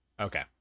Okay